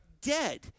dead